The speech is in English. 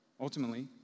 Ultimately